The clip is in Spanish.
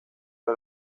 del